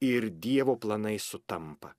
ir dievo planai sutampa